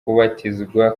kubatizwa